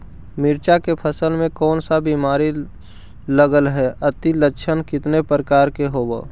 मीरचा के फसल मे कोन सा बीमारी लगहय, अती लक्षण कितने प्रकार के होब?